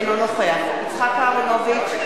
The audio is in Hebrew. אינו נוכח יצחק אהרונוביץ,